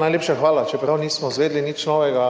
Najlepša hvala. Čeprav nismo izvedeli nič novega.